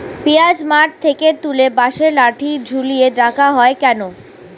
পিঁয়াজ মাঠ থেকে তুলে বাঁশের লাঠি ঝুলিয়ে রাখা হয় কেন?